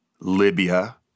Libya